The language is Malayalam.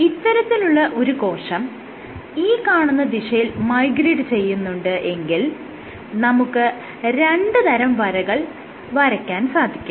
ഇത്തരത്തിലുള്ള ഒരു കോശം ഈ കാണുന്ന ദിശയിൽ മൈഗ്രേറ്റ് ചെയ്യുന്നുണ്ട് എങ്കിൽ നമുക്ക് രണ്ട് തരം വരകൾ വരയ്ക്കാൻ സാധിക്കും